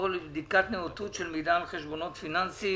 ולבדיקת נאותות של מידע על חשבונות פיננסים)